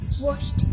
washed